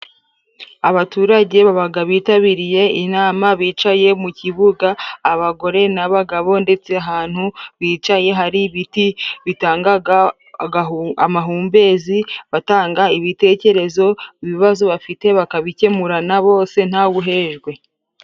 Abaturage babaga bitabiriye inama bicaye mu kibuga, abagore n'abagabo ndetse ahantu bicaye hari ibiti bitangaga amahumbezi, batanga ibitekerezo ibibazo bafite bakabikemurana bose ntawe uhejwe.